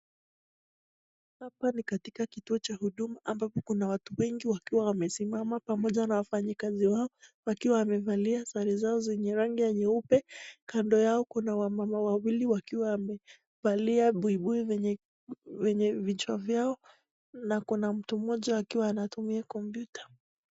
Hapa ni katika kituo cha huduma ambapo kuna watu wengi wakiwa wamesimama pamoja na wafanyakazi wao wakiwa wamevalia sare zao zenye rangi ya nyeupe. Kando yao kuna wamama wawili wakiwa wamevalia buibui kwenye vichwa vyao na kuna mtu mmoja akiwa anatumia kompyuta.